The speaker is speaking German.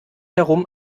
herum